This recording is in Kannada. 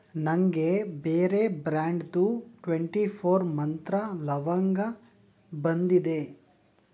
ನನಗೆ ಬೇರೆ ಬ್ರ್ಯಾಂಡ್ದು ಟ್ವೆಂಟಿ ಫೋರ್ ಮಂತ್ರ ಲವಂಗ ಬಂದಿದೆ